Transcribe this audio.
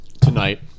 tonight